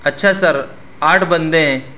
اچھا سر آٹھ بندے ہیں